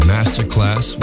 Masterclass